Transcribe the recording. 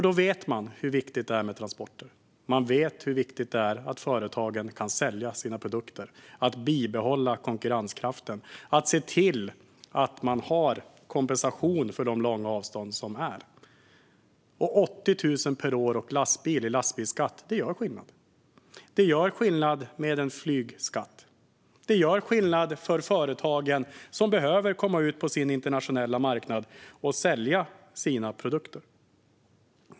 Då vet man hur viktigt det är med transporter. Man vet hur viktigt det är att företagen kan sälja sina produkter och bibehålla konkurrenskraften och att de får kompensation för de långa avstånd som finns. Det gör skillnad med 80 000 kronor per år per lastbil i lastbilsskatt. Det gör skillnad med en flygskatt. Det gör skillnad för företagen, som behöver komma ut på sin internationella marknad och sälja sina produkter.